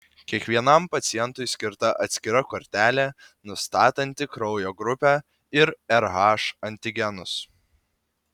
kiekvienam pacientui skirta atskira kortelė nustatanti kraujo grupę ir rh antigenus